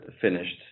finished